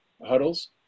huddles